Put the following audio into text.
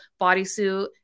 bodysuit